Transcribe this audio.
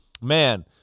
man